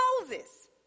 Moses